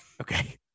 Okay